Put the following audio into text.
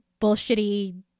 bullshitty